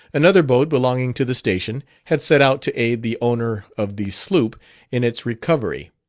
another boat belonging to the station had set out to aid the owner of the sloop in its recovery.